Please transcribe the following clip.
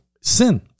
Sin